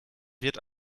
wird